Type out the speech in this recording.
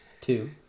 Two